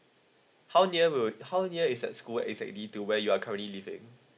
how near would how near is that school exactly to where you are currently living